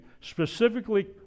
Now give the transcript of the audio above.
specifically